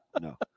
no